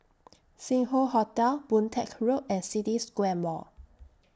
Sing Hoe Hotel Boon Teck Road and City Square Mall